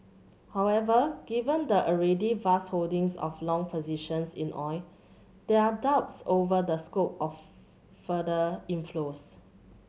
however given the already vast holdings of long positions in oil there are doubts over the scope of further inflows